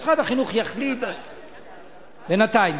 משרד החינוך יחליט, בינתיים.